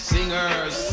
Singers